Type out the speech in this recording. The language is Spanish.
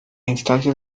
instancias